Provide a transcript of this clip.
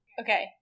okay